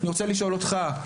אני רוצה לשאול אותך,